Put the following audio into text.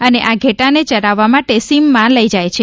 અને આ ઘેટા ને ચરાવવા માટે સીમમાં લઈ જાય છે